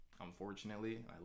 Unfortunately